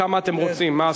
כמה אתם רוצים.